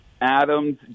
Adams